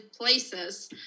places